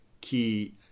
key